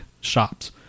shops